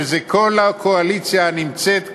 וזה כל הקואליציה הנמצאת כאן,